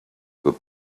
were